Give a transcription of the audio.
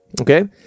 Okay